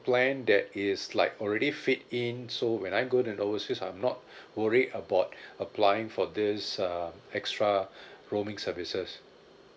plan that is like already fit in so when I go to overseas I'm not worried about applying for this uh extra roaming services